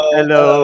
Hello